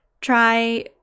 try